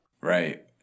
Right